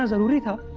amrita!